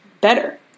better